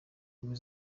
kumi